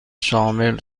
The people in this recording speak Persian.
شامل